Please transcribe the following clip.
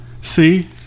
See